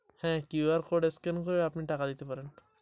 আমি QR code scan করে টাকা দিতে পারবো?